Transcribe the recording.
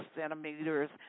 centimeters